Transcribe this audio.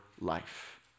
life